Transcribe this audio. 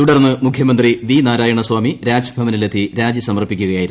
തുടർന്ന് മുഖ്യമന്ത്രി V Narayanasamy രാജ്ഭവനിലെത്തി രാജി സമർപ്പിക്കുകയായിരുന്നു